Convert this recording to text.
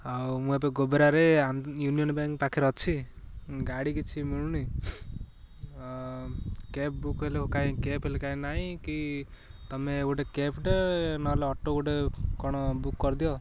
ଆଉ ମୁଁ ଏବେ ଗୋବରାରେ ୟୁନିଅନ୍ ବ୍ୟାଙ୍କ ପାଖରେ ଅଛି ଗାଡ଼ି କିଛି ମିଳୁନି କ୍ୟାବ ବୁକ୍ ହେଲେ କାଇଁ କ୍ୟାବ୍ ହେଲେ କାଇଁ ନାାଇଁ କି ତମେ ଗୋଟେ କ୍ୟାବ୍ଟେ ନହେଲେ ଅଟୋ ଗୋଟେ କ'ଣ ବୁକ୍ କରିଦିଅ